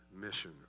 mission